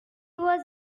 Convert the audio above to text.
was